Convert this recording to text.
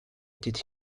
did